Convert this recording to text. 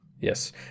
Yes